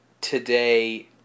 today